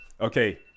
okay